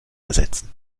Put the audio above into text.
ersetzen